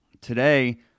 Today